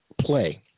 play